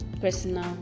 personal